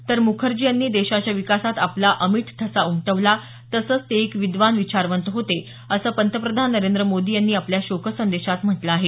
तर मुखर्जी यांनी देशाच्या विकासात आपला अमिट ठसा उमटवला तसंच ते एक विद्वान विचारवंत होते असं पंतप्रधान नेंद्र मोदी यांनी आपल्या शोकसंदेशात म्हटलं आहे